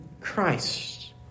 Christ